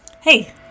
Hey